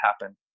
happen